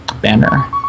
banner